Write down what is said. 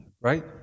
Right